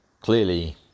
clearly